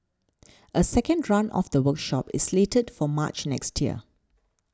a second run of the workshop is slated for March next year